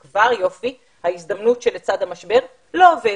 זה כבר יופי - ההזדמנות שלצד המשבר אבל זה לא עובד.